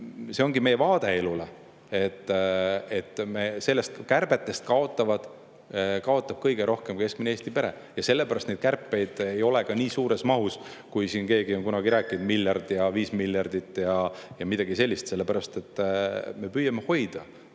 See ongi meie vaade elule, et sellistest kärbetest kaotab kõige rohkem keskmine Eesti pere. Ja sellepärast neid kärpeid ei ole ka nii suures mahus, kui siin keegi on kunagi rääkinud, et miljard ja viis miljardit ja midagi sellist. Sellepärast, et me püüame hoida